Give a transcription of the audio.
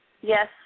Yes